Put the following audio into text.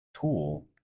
tool